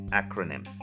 acronym